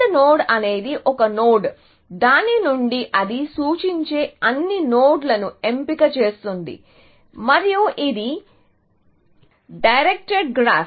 AND node అనేది ఒక node దాని నుండి అది సూచించే అన్ని నోడ్లను ఎంపిక చేస్తుంది మరియు ఇది డైరెక్టివ్ గ్రాఫ్